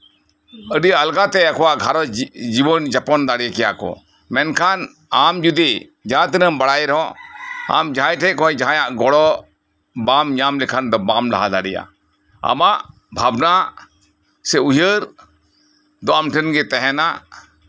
ᱟᱹᱰᱤ ᱟᱞᱜᱟᱛᱮ ᱟᱠᱚᱣᱟᱜ ᱜᱷᱟᱨᱚᱸᱡᱽ ᱡᱤᱵᱚᱱ ᱡᱟᱯᱚᱱ ᱫᱟᱲᱮ ᱠᱮᱭᱟ ᱠᱚ ᱢᱮᱱᱠᱷᱟᱱ ᱟᱢ ᱡᱚᱫᱤ ᱡᱟᱦᱟᱸ ᱛᱤᱱᱟᱹᱜ ᱵᱟᱲᱟᱭ ᱨᱮᱦᱚᱸ ᱡᱟᱦᱟᱭ ᱴᱷᱮᱡ ᱠᱷᱚᱡ ᱡᱟᱦᱟᱭᱟᱜ ᱜᱚᱲᱚ ᱵᱟᱢ ᱧᱟᱢ ᱞᱮᱠᱷᱟᱱ ᱫᱚ ᱵᱟᱢ ᱞᱟᱦᱟ ᱫᱟᱲᱮᱭᱟᱜᱼᱟ ᱟᱢᱟᱜ ᱵᱷᱟᱵᱱᱟ ᱥᱮ ᱩᱭᱦᱟᱹᱨ ᱫᱚ ᱟᱢ ᱴᱷᱮᱱᱜᱮ ᱛᱟᱦᱮᱱᱟ